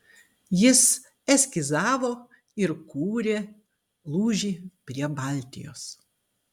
jis eskizavo ir kūrė lūžį prie baltijos